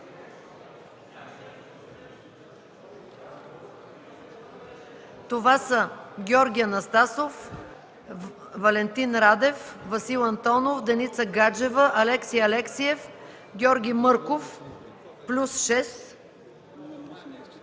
Това са: Георги Анастасов, Валентин Радев, Васил Антонов, Деница Гаджева, Алекси Алексиев, Георги Мърков – плюс 6;